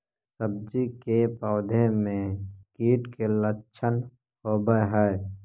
सब्जी के पौधो मे कीट के लच्छन होबहय?